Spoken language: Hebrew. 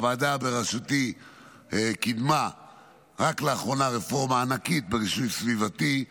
הוועדה בראשותי קידמה רק לאחרונה רפורמה ענקית ברישוי סביבתי,